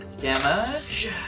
damage